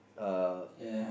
uh